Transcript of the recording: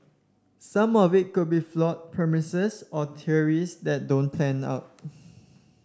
some of it could be flawed premises or theories that don't pan out